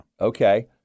Okay